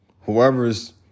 Whoever's